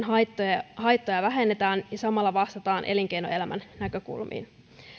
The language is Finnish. haittoja vähennetään ja samalla vastataan elinkeinoelämän näkökulmiin